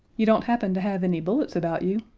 you don't happen to have any bullets about you?